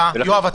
מה אתה מציע?